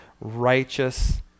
righteous